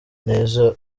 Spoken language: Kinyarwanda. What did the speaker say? neza